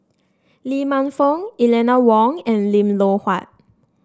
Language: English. Lee Man Fong Eleanor Wong and Lim Loh Huat